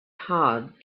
hard